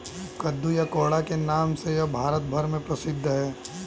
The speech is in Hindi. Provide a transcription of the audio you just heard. कद्दू या कोहड़ा के नाम से यह भारत भर में प्रसिद्ध है